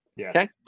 Okay